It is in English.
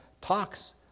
talks